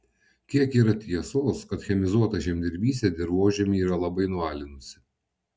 kiek yra tiesos kad chemizuota žemdirbystė dirvožemį yra labai nualinusi